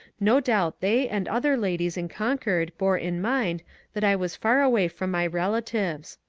no doubt they and other ladies in concord bore in mind that i was far away from my rela tives.